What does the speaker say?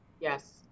yes